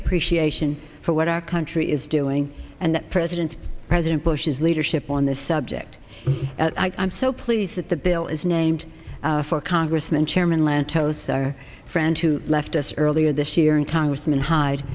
appreciation for what our country is doing and the president president bush's leadership on this subject i'm so pleased that the bill is named for congressman chairman lantos our friend who left us earlier this year and congressman hyde